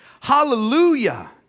Hallelujah